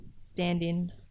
stand-in